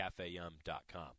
cafeyum.com